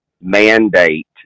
mandate